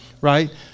right